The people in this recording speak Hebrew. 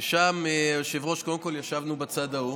ששם, היושב-ראש, קודם כול ישבנו בצד ההוא